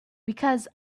because